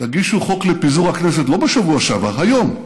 תגישו חוק לפיזור הכנסת, לא בשבוע שעבר, היום.